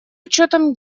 учетом